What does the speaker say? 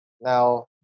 Now